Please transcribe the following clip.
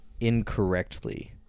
incorrectly